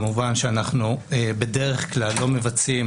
כמובן שאנחנו בדרך כלל לא מבצעים